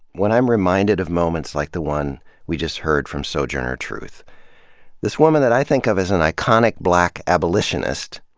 when i'm reminded of moments like the one we just heard from sojourner truth this woman that i think of as an iconic black abolitionist,